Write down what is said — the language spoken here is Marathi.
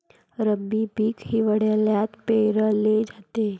रब्बी पीक हिवाळ्यात पेरले जाते